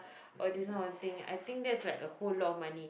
oh this one one thing I think that's like a whole lot of money